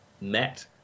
met